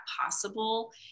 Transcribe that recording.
possible